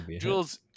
Jules